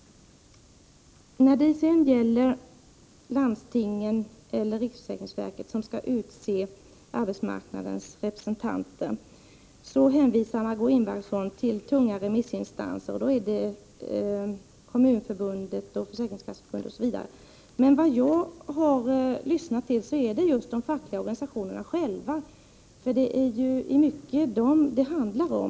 När det gäller frågan om huruvida landstingen eller riksförsäkringsverket skall utse arbetsmarknadens representanter hänvisar Margö Ingvardsson till tunga remissinstanser — Kommunförbundet, Försäkringskasseförbundet, osv. Jag har emellertid lyssnat till de fackliga organisationerna, eftersom det i mycket är dem det handlar om.